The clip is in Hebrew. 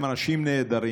הם אנשים נהדרים.